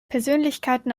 persönlichkeiten